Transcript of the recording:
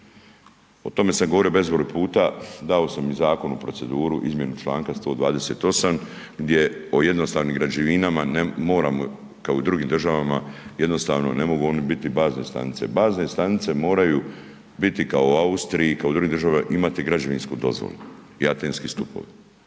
O tome sam govorio bezbroj puta, dao sam i zakon u proceduru, izmjena članka 128 gdje o jednostavnim građevinama, moramo kao i u drugim državama, jednostavno ne mogu biti one bazne stanice. Bazne stanice moraju biti kao u Austriji, kao u drugim državama, imati građevinsku dozvolu i atenski stupovi.